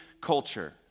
culture